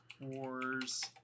Wars